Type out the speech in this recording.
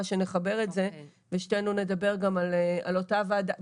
שנחבר את זה ושתינו נדבר גם על אותה הוועדה.